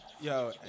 Yo